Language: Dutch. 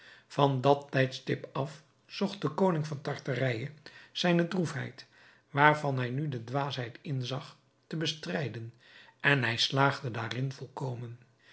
van dat tijdstip af zocht de koning van tartarije zijne droefheid waarvan hij nu de dwaasheid inzag te bestrijden en hij slaagde daarin volkomen